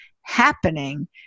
happening